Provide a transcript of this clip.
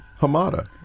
Hamada